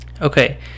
Okay